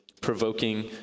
provoking